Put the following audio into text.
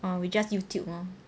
oh we just youtube lor